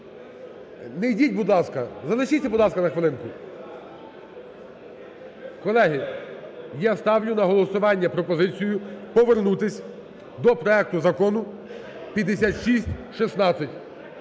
Не йдіть, будь ласка, залишіться, будь ласка, на хвилинку. Колеги, я ставлю на голосування пропозицію повернутись до проекту Закону 5616.